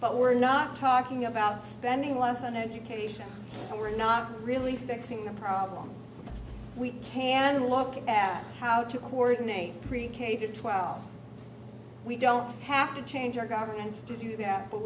but we're not talking about spending less on education we're not really fixing the problem we can look at how to coordinate pre k to twelve we don't have to change our government to do that but